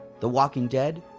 the walking dead,